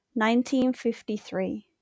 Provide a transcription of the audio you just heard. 1953